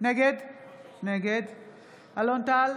נגד אלון טל,